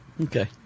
Okay